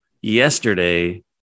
yesterday